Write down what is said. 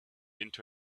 into